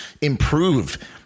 improve